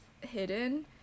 hidden